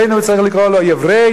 בין שהוא צריך לקרוא לו "יבריי",